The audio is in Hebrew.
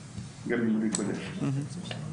קודש.